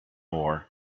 war